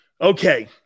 Okay